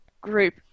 group